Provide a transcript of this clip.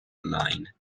online